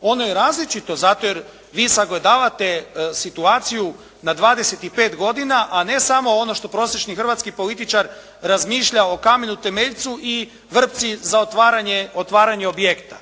Ono je različito zato jer vi sagledavate situaciju na 25 godina, a ne samo ono što prosječni hrvatski političar razmišlja o kamenu temeljcu i vrpci za otvaranje objekta.